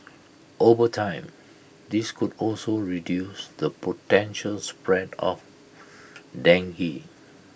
over time this could also reduce the potential spread of dengue